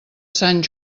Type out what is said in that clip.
sant